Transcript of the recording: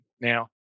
now